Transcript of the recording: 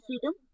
freedom